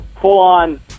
full-on